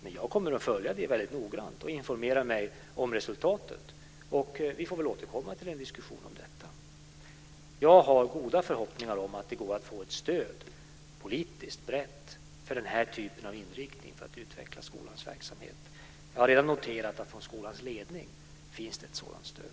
Men jag kommer att följa det väldigt noggrant och informera mig om resultatet. Vi får väl återkomma till en diskussion om detta. Jag har goda förhoppningar om att det går att få ett brett politiskt stöd för den här typen av inriktning för att utveckla skolans verksamhet. Jag har redan noterat att det från skolans ledning finns ett sådant stöd.